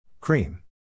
Cream